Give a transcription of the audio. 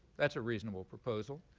that's a reasonable proposal.